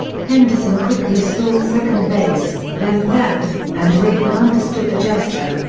henderson quickly stole second base, then third, and rayford understood the gesture.